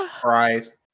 Christ